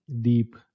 deep